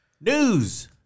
News